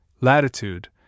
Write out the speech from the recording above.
Latitude